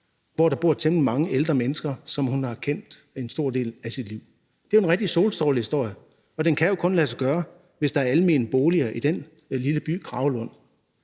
hvor der bor temmelig mange ældre mennesker, som hun har kendt en stor del af sit liv. Det er en rigtig solstrålehistorie, og den kan jo kun lade sig gøre, hvis der er almene boliger i den lille by, Kragelund.